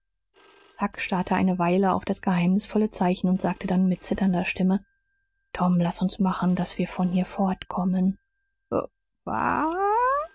huck starrte eine weile auf das geheimnisvolle zeichen und sagte dann mit zitternder stimme tom laß uns machen daß wir von hier fortkommen